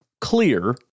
clear